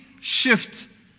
shift